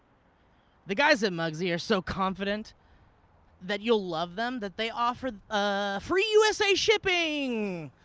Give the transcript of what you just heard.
the guys at mugsy are so confident that you'll love them that they offer ah free usa shipping.